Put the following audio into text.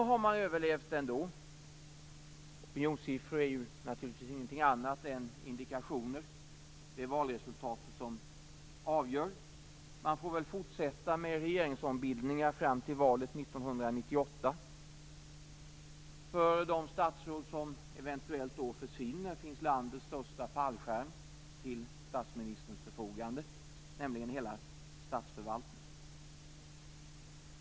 Nu har man överlevt ändå. Opinionssiffror är ju naturligtvis ingenting annat än indikationer. Det är valresultatet som avgör. Man får väl fortsätta med regeringsombildningar fram till valet 1998. För de statsråd som eventuellt då försvinner finns landets största fallskärm till statsministerns förfogande, nämligen hela statsförvaltningen.